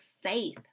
faith